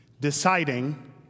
deciding